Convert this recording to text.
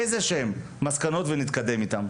ונתקדם איתן.